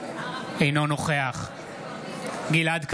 אינו נוכח גלעד קריב,